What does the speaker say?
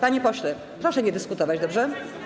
Panie pośle, proszę nie dyskutować, dobrze?